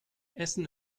essen